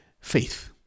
faith